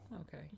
okay